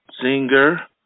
singer